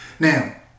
Now